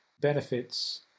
benefits